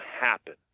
happen